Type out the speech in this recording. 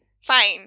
fine